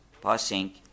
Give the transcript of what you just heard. passing